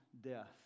death